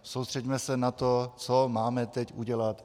Soustřeďme se na to, co máme teď udělat.